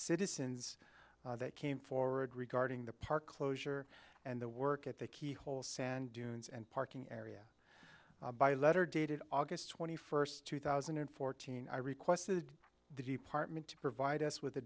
citizens that came forward regarding the park closure and the work at the keyhole sand dunes and parking area by letter dated august twenty first two thousand and fourteen i requested the department to provide us with a